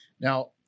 Now